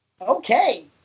Okay